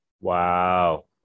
Wow